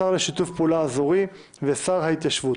השר לשיתוף פעולה אזורי ושר ההתיישבות